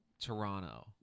Toronto